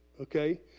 okay